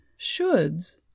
Shoulds